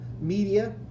media